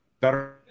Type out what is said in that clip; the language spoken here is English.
better